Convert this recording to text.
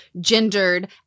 gendered